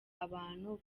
abantu